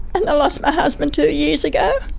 and i lost my husband two years ago.